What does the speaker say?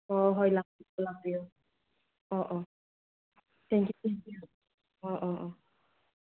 ꯑꯣ ꯍꯣꯏ ꯂꯥꯛꯄꯤꯌꯨ ꯑꯣ ꯑꯣ ꯊꯦꯡꯀꯤꯎ ꯑꯣ ꯑꯣ ꯑꯣ